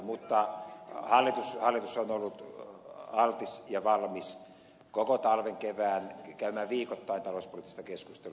mutta hallitus on ollut altis ja valmis koko talven kevään käymään viikoittain talouspoliittista keskustelua